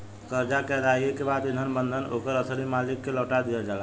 करजा के अदायगी के बाद ई बंधन ओकर असली मालिक के लौटा दिहल जाला